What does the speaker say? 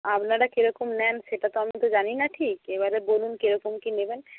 আপনারা কীরকম নেন সেটা তো আমি তো জানি না ঠিক এবারে বলুন কীরকম কী নেবেন